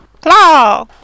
Claw